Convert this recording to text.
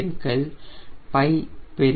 8 0